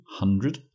hundred